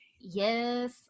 Yes